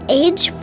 age